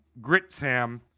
Gritsham